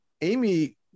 Amy